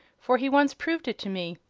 for he once proved it to me.